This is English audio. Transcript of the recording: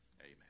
amen